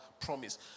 promise